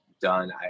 done